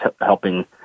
helping